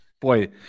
Boy